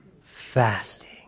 Fasting